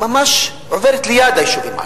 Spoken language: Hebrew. ממש עוברת ליד היישובים הערביים.